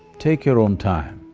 take your own time,